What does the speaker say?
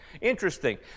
Interesting